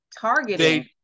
targeting